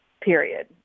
period